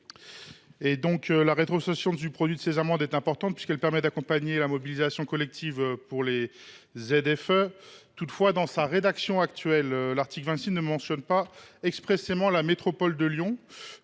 La rétrocession de ce produit est importante, puisqu’elle permet d’accompagner la mobilisation collective pour les ZFE. Toutefois, dans sa rédaction actuelle, l’article 26 ne mentionne pas expressément la métropole de Lyon,